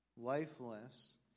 lifeless